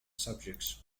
subjects